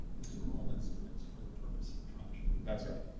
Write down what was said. these are all estimates for the purpose of tranching. that's right.